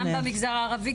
גם במגזר הערבי?